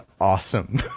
awesome